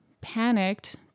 Panicked